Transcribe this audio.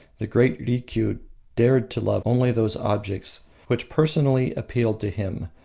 the great rikiu dared to love only those objects which personally appealed to him,